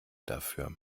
dafür